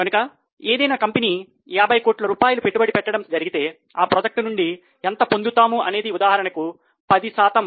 కనుక ఏదైనా కంపెనీ 50 కోట్ల రూపాయలు పెట్టుబడి పెట్టడం జరిగితే ఆ ప్రాజెక్ట్ నుండి ఎంత పొందుతాము అనేది ఉదాహరణకు 10 శాతం